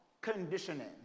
conditioning